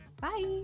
bye